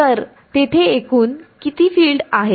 तर तेथे एकूण किती फील्ड आहेत